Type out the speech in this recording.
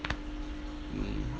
mm